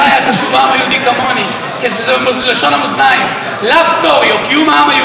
הביתה ערבייה או נוצרייה או טיבטית או גויה,